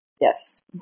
Yes